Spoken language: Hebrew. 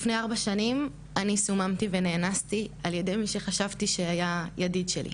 לפני ארבע שנים אני סוממתי ונאנסתי על ידי מי שחשבתי שהיה ידיד שלי.